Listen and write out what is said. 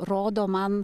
rodo man